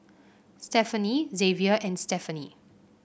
Stephenie Xavier and Stephenie